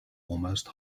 almost